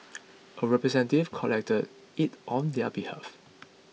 a representative collected it on their behalf